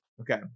Okay